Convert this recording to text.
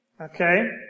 Okay